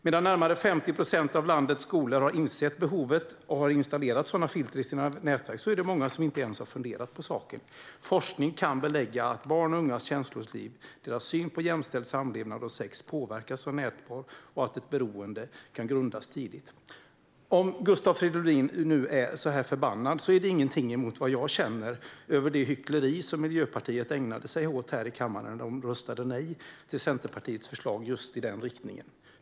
Medan närmare 50 procent av landets skolor har insett behovet och har installerat sådana filter i sina nätverk är det många som inte ens har funderat på saken. Forskning kan belägga att barns och ungas känsloliv och deras syn på jämställd samlevnad och sex påverkas av nätporr och att ett beroende kan grundas tidigt. Gustav Fridolin må vara förbannad, men det är inget mot vad jag känner över det hyckleri som Miljöpartiet ägnade sig åt i kammaren när man röstade nej till Centerpartiets förslag.